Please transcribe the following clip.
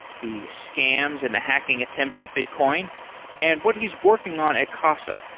the scams and the hacking attempts of bitcoin and what he's working on at casa.